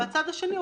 והצד השני,